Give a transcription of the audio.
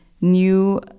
new